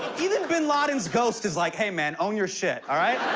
even bin laden's ghost is like, hey, man. own your shit, all right?